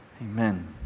Amen